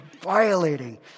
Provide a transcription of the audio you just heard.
violating